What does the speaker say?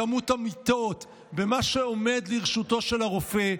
בכמות המיטות, במה שעומד לרשותו של הרופא.